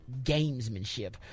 gamesmanship